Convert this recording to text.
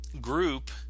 group